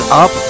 up